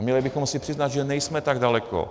Měli bychom si přiznat, že nejsme tak daleko.